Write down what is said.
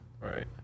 Right